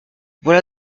voilà